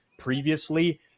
previously